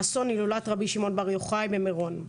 אסון הילולת רבי שמעון בר יוחאי במירון.